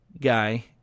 guy